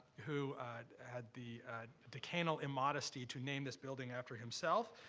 who had the decanal immodesty to name this building after himself,